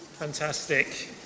Fantastic